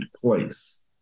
place